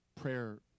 Prayer